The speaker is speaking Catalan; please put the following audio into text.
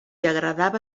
agradava